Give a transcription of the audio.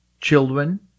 children